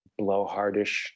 blowhardish